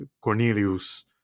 Cornelius